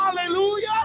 Hallelujah